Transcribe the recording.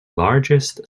largest